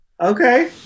okay